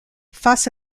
face